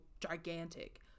gigantic